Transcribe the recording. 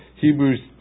Hebrews